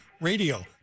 radio